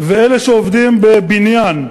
ואלה שעובדים בבניין,